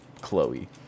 Chloe